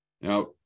Now